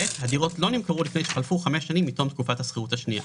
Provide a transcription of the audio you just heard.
הדירות לא נמכרו לפני שחלפו חמש שנים מתום תקופת השכירות השנייה.